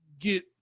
get